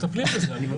מטפלים בזה.